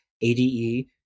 ADE